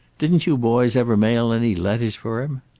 didn't you boys ever mail any letters for him?